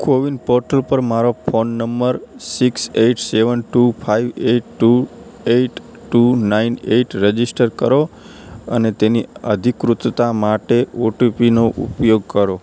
CoWIN portal પર મારો phone number six eight seven two five eight two eight two nine eight register કરો અને તેની અધિકૃતતા માટે ઓટીપીનો ઉપયોગ કરો